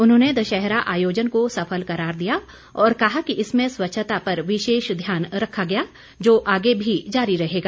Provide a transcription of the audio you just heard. उन्होंने दशहरा आयोजन को सफल करार दिया और कहा कि इसमें स्वच्छता पर विशेष ध्यान रखा गया जो आगे भी जारी रहेगा